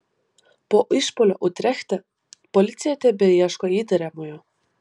po išpuolio utrechte policija tebeieško įtariamojo